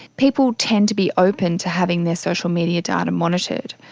people tend to be open to having their social media data monitored.